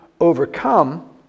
overcome